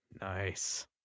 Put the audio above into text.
Nice